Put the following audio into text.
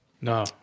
No